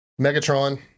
Megatron